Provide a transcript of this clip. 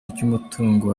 ry’umutungo